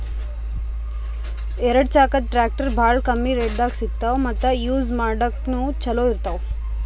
ಎರಡ ಚಾಕದ್ ಟ್ರ್ಯಾಕ್ಟರ್ ಭಾಳ್ ಕಮ್ಮಿ ರೇಟ್ದಾಗ್ ಸಿಗ್ತವ್ ಮತ್ತ್ ಯೂಜ್ ಮಾಡ್ಲಾಕ್ನು ಛಲೋ ಇರ್ತವ್